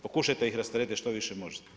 Pokušajte ih rasteretiti što više možete.